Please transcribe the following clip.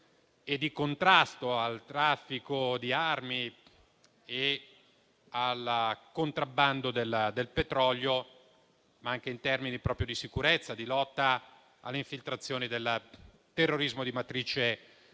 e di contrasto al traffico di armi e al contrabbando del petrolio. Ciò anche in termini di sicurezza e di lotta all'infiltrazione del terrorismo di matrice islamica,